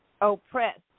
oppressed